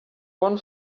one